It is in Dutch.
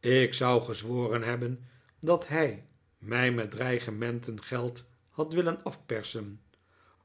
ik zou gezworen hebben dat hij mij met dreigementen geld had willen afpersen